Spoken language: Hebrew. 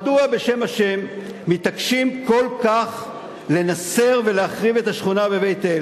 מדוע בשם השם מתעקשים כל כך לנסר ולהחריב את השכונה בבית-אל?